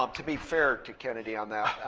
ah to be fair to kennedy on that.